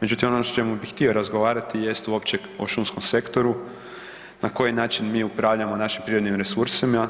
Međutim ono o čemu bih htio razgovarati jest uopće o šumskom sektoru, na koji način mi upravljamo našim prirodnim resursima,